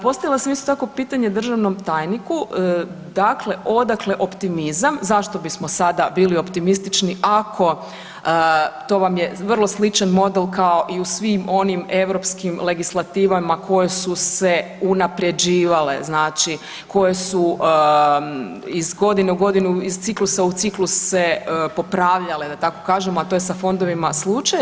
Postavila sam isto tako pitanje državnom tajniku dakle odakle optimizam, zašto bismo sada bili optimistični ako to vam je vrlo sličan model kao i svim onim europskim legislativama koje su se unaprjeđivale, koje su iz godine u godinu, iz ciklusa u ciklus se popravljale da tako kažem, a to je sa fondovima slučaj.